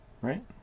Right